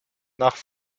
nach